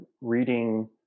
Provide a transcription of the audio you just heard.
reading